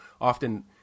often